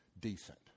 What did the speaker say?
decent